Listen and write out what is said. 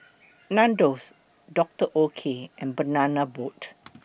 Nandos Dr Oetker and Banana Boat